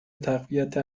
تقویت